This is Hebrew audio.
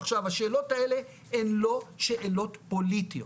עכשיו השאלות האלה הן לא שאלות פוליטיות,